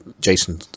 Jason